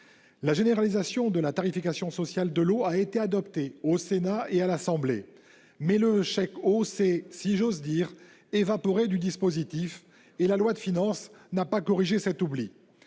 La généralisation de la tarification sociale de l'eau a été adoptée au Sénat et à l'Assemblée nationale, mais le chèque eau s'est, si j'ose dire, évaporé du dispositif, et la loi de finances n'a pas corrigé cet oubli.